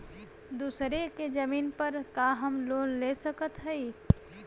दूसरे के जमीन पर का हम लोन ले सकत हई?